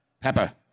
Pepper